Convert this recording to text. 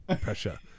Pressure